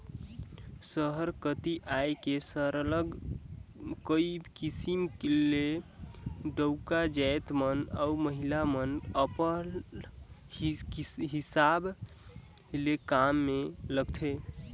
सहर कती आए के सरलग कइयो किसिम ले डउका जाएत मन अउ महिला मन अपल हिसाब ले काम में लगथें